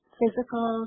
Physical